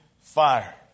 fire